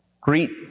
Greet